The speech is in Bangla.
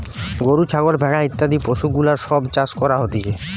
গরু, ছাগল, ভেড়া ইত্যাদি পশুগুলার সব চাষ করা হতিছে